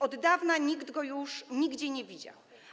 Od dawna nikt go już nigdzie nie widział.